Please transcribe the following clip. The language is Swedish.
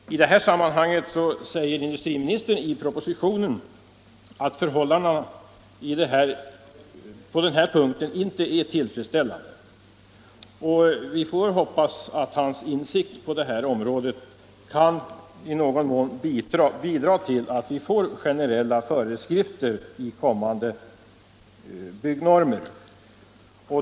I det här sammanhanget säger industriministern i propositionen att förhållandena på den här punkten inte är tillfredsställande. Vi får hoppas att hans insikt på det här området kan i någon mån bidra till att vi får generella föreskrifter i kommande byggnormer.